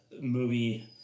movie